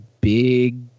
big